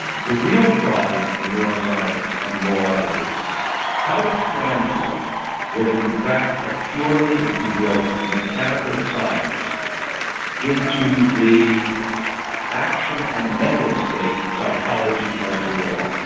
the real problem for neuroscience and law is how to translate what is in fact a purely, if you will, mechanical science into the action and mental state, psychology, of the law.